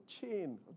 chain